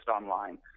online